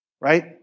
Right